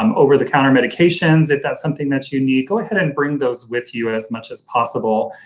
um over-the-counter medications if that's something that you need go ahead and bring those with you as much as possible.